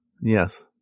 Yes